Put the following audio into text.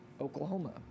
Oklahoma